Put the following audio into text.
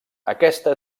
aquesta